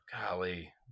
Golly